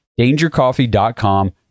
DangerCoffee.com